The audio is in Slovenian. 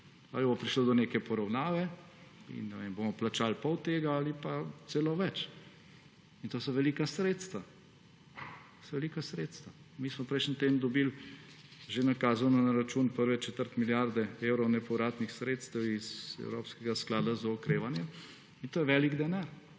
ali bo prišlo do neke poravnave inbomo plačali pol tega ali pa celo več, in to so velika sredstva. Mi smo prejšnji teden dobili že nakazano na račun prve četrt milijarde evrov nepovratnih sredstev iz evropskega sklada za okrevanje, in to je velik denar.